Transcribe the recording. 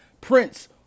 Prince